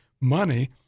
money